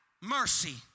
mercy